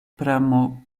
pramo